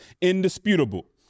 indisputable